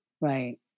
right